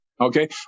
Okay